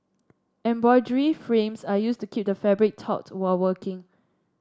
frames are used to keep the fabric taut while working